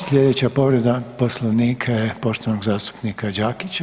Sljedeća povreda Poslovnika je poštovanog zastupnika Đakića.